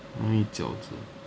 I wanna eat 饺子